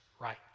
right